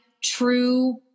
true